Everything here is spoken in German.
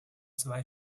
zwei